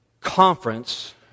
conference